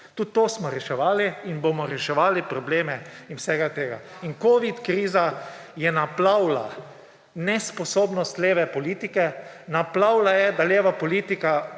Tudi to smo reševali in bomo reševali probleme. In covid kriza je naplavila nesposobnost leve politike, naplavila je, da mora biti